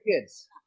kids